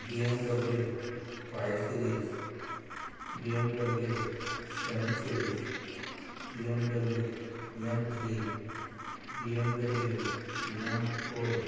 BMW five series BMW seven series B M W M three B M W M four